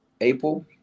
April